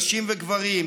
נשים וגברים,